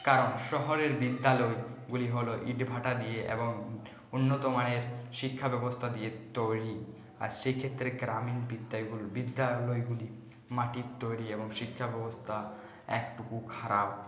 কারণ শহরের বিদ্যালয়গুলি হল ইট ভাঁটা দিয়ে এবং উন্নতমানের শিক্ষাব্যবস্থা দিয়ে তৈরি আর সেক্ষেত্রে গ্রামীণ বিদ্যালয়গুলি মাটির তৈরি এবং শিক্ষাব্যবস্থা একটুকু খারাপ